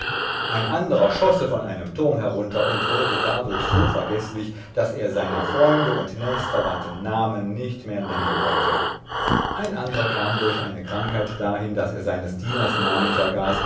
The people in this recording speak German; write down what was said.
ein anderer schosse von einem turn herunter und wurde dardurch so vergeßlich daß er seiner freunde und nächstverwandten namen nicht mehr nennen konnte ein anderer kam durch eine krankheit dahin daß er seines dieners namen vergaß